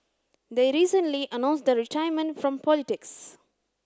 they recently announced the retirement from politics